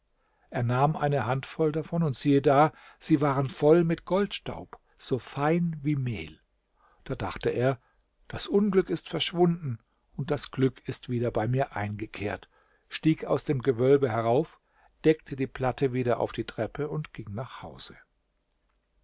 er nahm eine hand voll davon und siehe da sie waren voll mit goldstaub so fein wie mehl da dachte er das unglück ist verschwunden und das glück ist wieder bei mir eingekehrt stieg aus dem gewölbe herauf deckte die platte wieder auf die treppe und ging nach hause